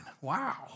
wow